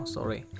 Sorry